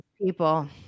people